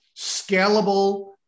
scalable